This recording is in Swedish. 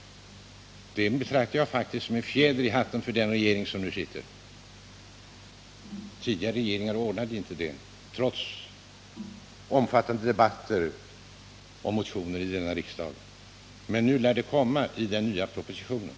Det betraktar jag faktiskt som en fjäder i hatten för den regering som sitter nu. Tidigare regeringar ordnade inte detta, trots omfattande debatter och motioner i denna riksdag. Men i den nya propositionen lär det förslaget komma.